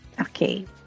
Okay